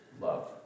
love